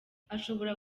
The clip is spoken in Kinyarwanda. ashobora